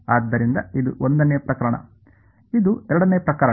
ಆದ್ದರಿಂದ ಇದು 1 ನೇ ಪ್ರಕರಣ ಇದು 2 ನೇ ಪ್ರಕರಣ